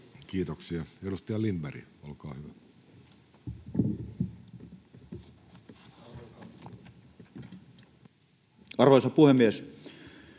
Kiitoksia. — Edustaja Lindberg, olkaa hyvä. [Speech